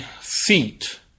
seat